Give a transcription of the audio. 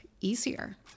easier